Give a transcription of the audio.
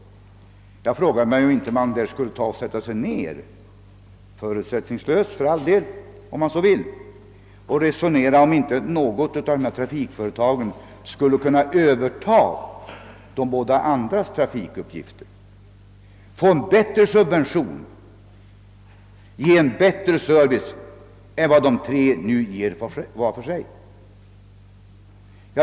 Borde man inte sätta sig ned och resonera — förutsättningslöst, om man så vill — om huruvida inte något av dessa trafikföretag skulle kunna överta de båda andras trafikuppgifter, få en bättre subvention och ge en bättre service än de tre nu ger vart för sig?